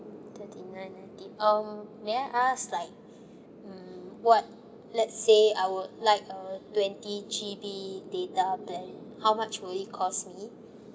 thirty nine ninety um may I ask like mm what let's say I would like uh twenty G_B data plan how much will it cost me